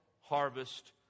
harvest